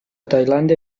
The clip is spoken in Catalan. tailàndia